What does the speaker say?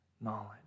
knowledge